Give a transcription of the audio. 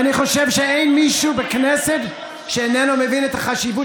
ואני חושב שאין מישהו בכנסת שאיננו מבין את החשיבות